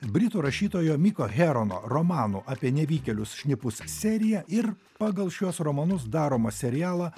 britų rašytojo mikos herono romano apie nevykėlius šnipus seriją ir pagal šiuos romanus daromą serialą